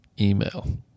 email